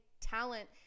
talent